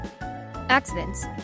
Accidents